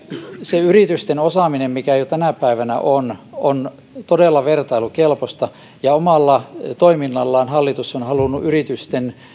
se yritysten osaaminen mikä jo tänä päivänä on on todella vertailukelpoista ja omalla toiminnallaan hallitus on halunnut yritysten